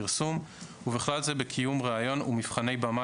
ובכלל זה צילום הנער